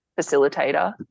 facilitator